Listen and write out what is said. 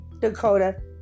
Dakota